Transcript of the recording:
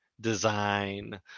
design